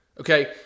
okay